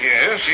Yes